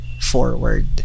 forward